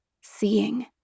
seeing